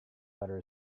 butter